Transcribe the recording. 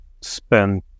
spend